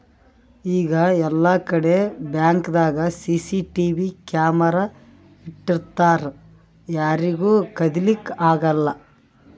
ಈಗ್ ಎಲ್ಲಾಕಡಿ ಬ್ಯಾಂಕ್ದಾಗ್ ಸಿಸಿಟಿವಿ ಕ್ಯಾಮರಾ ಇಟ್ಟಿರ್ತರ್ ಯಾರಿಗೂ ಕದಿಲಿಕ್ಕ್ ಆಗಲ್ಲ